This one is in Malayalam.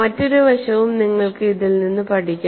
മറ്റൊരു വശവും നിങ്ങൾക്ക് ഇതിൽ നിന്ന് പഠിക്കാം